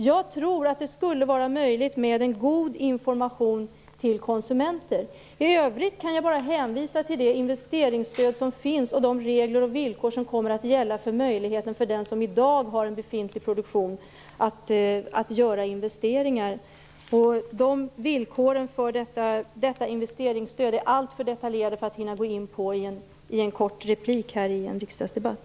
Jag tror dock att det skulle vara möjligt att ge god information till konsumenter. I övrigt kan jag bara hänvisa till det investeringsstöd som finns och till de regler och villkor som kommer att gälla avseende möjligheterna för den som i dag har en befintlig produktion att göra investeringar. Villkoren för detta investeringsstöd är alltför detaljerade för att jag skall hinna gå in på dem i ett kort inlägg i en riksdagsdebatt.